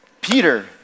Peter